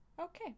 okay